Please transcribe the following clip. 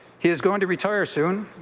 he is going to retire soon.